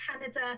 Canada